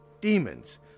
demons